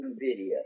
video